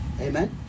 Amen